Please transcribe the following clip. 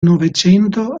novecento